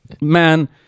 man